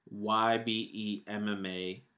YBEMMA